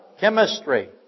chemistry